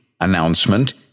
announcement